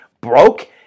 broke